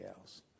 else